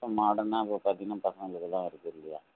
இப்போ மாடர்னாக இப்போ பார்த்தீங்கன்னா பசங்களுக்கு எல்லாம் வருது இல்லையா